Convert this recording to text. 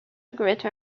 greater